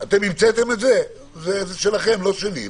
אתם המצאתם את זה, לא אני.